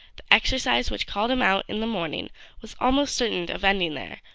the exercise which called him out in the morning was almost certain of ending there,